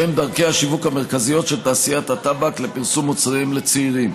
שהם דרכי השיווק המרכזיות של תעשיות הטבק לפרסום מוצריהן לצעירים.